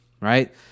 Right